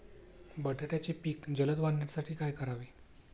बटाट्याचे पीक जलद वाढवण्यासाठी काय करावे?